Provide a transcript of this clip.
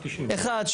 אחת,